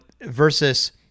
versus